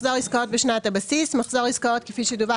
"מחזור עסקאות בשנת הבסיס" מחזור עסקאות כפי שדווח